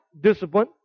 discipline